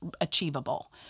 achievable